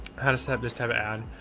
how does have this type of ad?